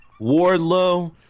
Wardlow